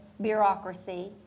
bureaucracy